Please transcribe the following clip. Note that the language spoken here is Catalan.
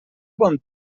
bon